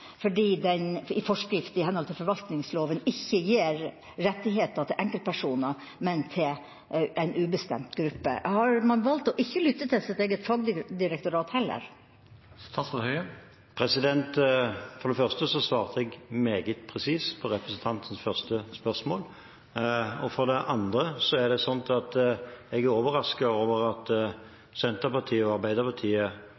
fordi de mener det er feil rettsanvendelse, da forskriften i henhold til forvaltningsloven ikke gir rettigheter til enkeltpersoner, men til en ubestemt gruppe. Har man heller ikke valgt å lytte til sitt eget fagdirektorat? For det første svarte jeg meget presist på representanten Knutsens første spørsmål. For det andre er jeg overrasket over at